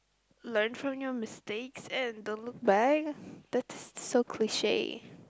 learn from your mistakes and don't look back that's so cliche